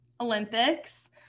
Olympics